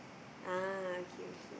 ah okay okay